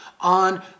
on